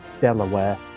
Delaware